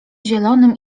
zielonym